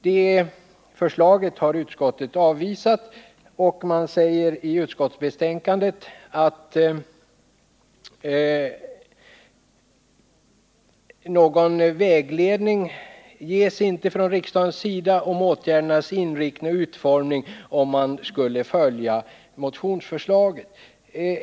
Detta förslag har utskottet avvisat, och man säger i utskottsbetänkandet att någon vägledning ges inte från riksdagens sida för åtgärdernas inriktning och utformning, om man skulle följa motionsförslaget.